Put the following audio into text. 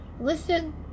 Listen